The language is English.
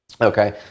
Okay